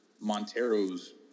Montero's